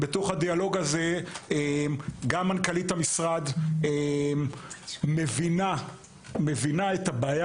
בתוך הדיאלוג הזה גם מנכ"לית המשרד מבינה את הבעיה